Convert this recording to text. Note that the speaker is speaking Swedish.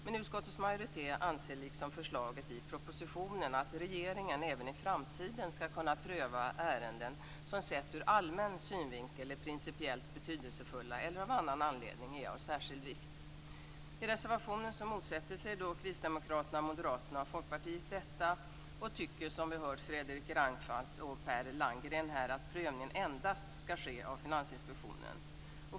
Men utskottets majoritet anser, liksom man gör i förslaget i propositionen, att regeringen även i framtiden skall kunna pröva ärenden som sett ur allmän synvinkel är principiellt betydelsefulla eller av annan anledning är av särskild vikt. Moderaterna och Folkpartiet detta och tycker, som vi här har hört av Fredrik Reinfeldt och Per Landgren, att prövningen endast skall ske av Finansinspektionen.